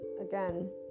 again